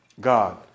God